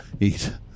eat